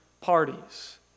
parties